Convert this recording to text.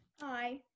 Hi